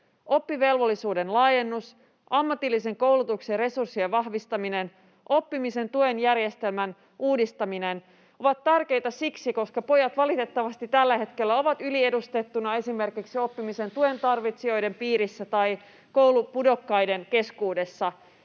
Oppivelvollisuuden laajennus, ammatillisen koulutuksen resurssien vahvistaminen ja oppimisen tuen järjestelmän uudistaminen ovat tärkeitä siksi, koska pojat valitettavasti tällä hetkellä ovat yliedustettuna esimerkiksi oppimisen tuen tarvitsijoiden piirissä tai koulupudokkaiden keskuudessa.